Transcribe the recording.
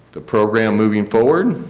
the program moving forward,